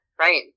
right